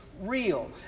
real